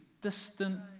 distant